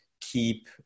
keep